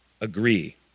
agree